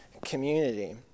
community